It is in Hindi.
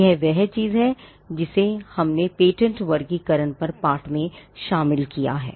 यह वह चीज है जिसे हमने पेटेंट वर्गीकरण पर पाठ में शामिल किया है